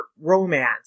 romance